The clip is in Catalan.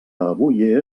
avui